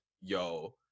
yo